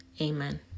Amen